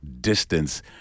distance